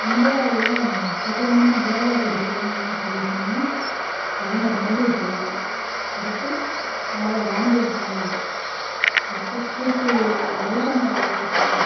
இந்தியாவில் பிரபலமான யோகா குருக்கள்ன்னு சொல்லி சொன்னால் பிரதமர் மோடியை சொல்லலாம் அடுத்து பாபா ராம்தேவ் சொல்லலாம் அடுத்து ஸ்ரீ ஸ்ரீ ரவிசங்கர் ஐயாவை சொல்லலாம்